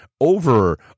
over